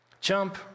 Jump